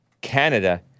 Canada